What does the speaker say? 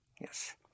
Yes